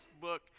book